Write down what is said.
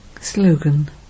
Slogan